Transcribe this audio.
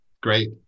Great